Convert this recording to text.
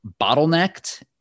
bottlenecked